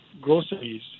groceries